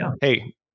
hey